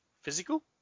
physical